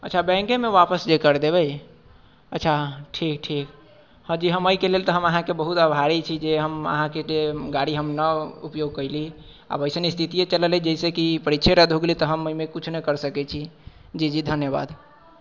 अच्छा बैंकेमे वापस जे करि देबै अच्छा ठीक ठीक हँ जी हम एहिके लेल तऽ हम अहाँके बहुत आभारी छी जे हम अहाँके जे गाड़ी हम न उपयोग कयली आब अइसन स्थितिए चल अयलै जाहिसँ कि परीक्षे रद्द हो गेलै तऽ हम एहिमे किछु न कर सकैत छी जी जी धन्यवाद